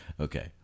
Okay